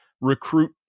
recruit